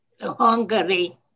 Hungary